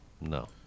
No